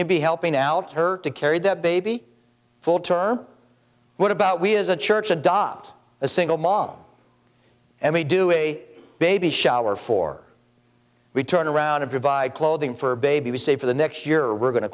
should be helping out her to carry the baby full term what about we as a church adopt a single mom and we do a baby shower for we turn around to provide clothing for baby we say for the next year we're going to